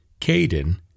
Caden